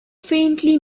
faintly